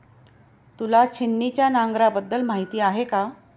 तुला छिन्नीच्या नांगराबद्दल माहिती आहे का?